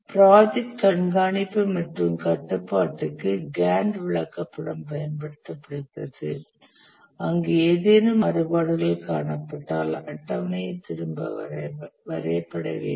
project கண்காணிப்பு மற்றும் கட்டுப்பாட்டுக்கு கேன்ட் விளக்கப்படம் பயன்படுத்தப்படுகிறது அங்கு ஏதேனும் மாறுபாடுகள் காணப்பட்டால் அட்டவணை திரும்ப வரையப்பட வேண்டும்